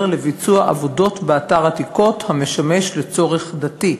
לביצוע עבודות באתר עתיקות המשמש לצורך דתי,